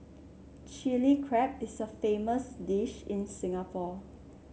Chilli Crab is a famous dish in Singapore